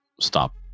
stop